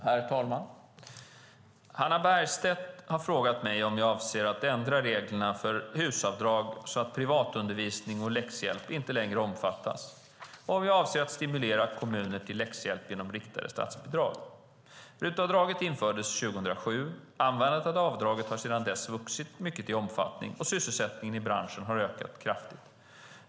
Herr talman! Hannah Bergstedt har frågat mig om jag avser att ändra reglerna för HUS-avdraget så att privatundervisning och läxhjälp inte längre omfattas och om jag avser att stimulera kommuner till läxhjälp genom riktade statsbidrag. RUT-avdraget infördes 2007. Användandet av avdraget har sedan dess vuxit mycket i omfattning, och sysselsättningen i branschen har ökat kraftigt.